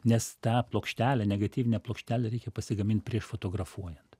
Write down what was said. nes tą plokštelę negatyvinę plokštelę reikia pasigamint prieš fotografuojant